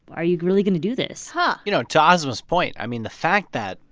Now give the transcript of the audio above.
are you really going to do this? but you know, to asma's point, i mean, the fact that,